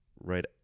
right